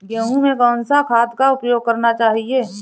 गेहूँ में कौन सा खाद का उपयोग करना चाहिए?